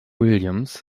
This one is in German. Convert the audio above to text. williams